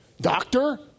Doctor